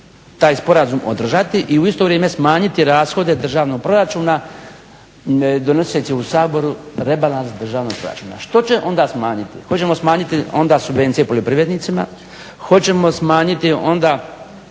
taj sporazum održati i u isto vrijeme smanjiti rashode državnog proračuna donoseći u Saboru rebalans državnog proračuna. Što će onda smanjiti? Onda ćemo smanjiti subvencije poljoprivrednicima, hoćemo smanjiti onda